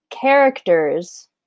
characters